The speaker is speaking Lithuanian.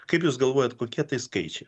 kaip jūs galvojat kokie tai skaičiai